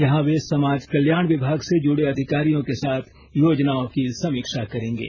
यहाँ वे समाज कल्याण विभाग से जुड़े अधिकारियों के साथ योजनाओं की समीक्षा करेंगे